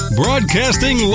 broadcasting